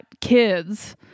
kids